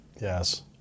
yes